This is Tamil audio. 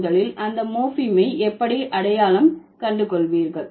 முதலில் அந்த மோர்பீமை எப்படி அடையாளம் கண்டு கொள்வீர்கள்